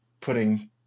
putting